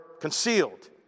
concealed